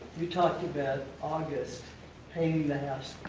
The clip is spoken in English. you talked about august painting the house